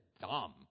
dumb